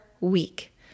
week